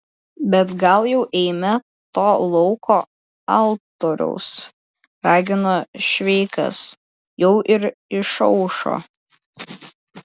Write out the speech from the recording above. bet gal jau eime to lauko altoriaus ragino šveikas jau ir išaušo